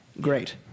Great